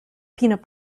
peanut